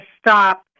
stop